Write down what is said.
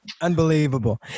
Unbelievable